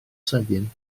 sydyn